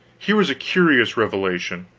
here was a curious revelation,